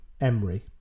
Emery